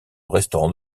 restaurant